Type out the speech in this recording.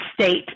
state